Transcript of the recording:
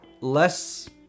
less